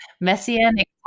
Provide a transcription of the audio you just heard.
messianic